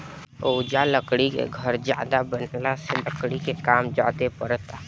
ओजा लकड़ी के घर ज्यादे बनला से लकड़ी के काम ज्यादे परता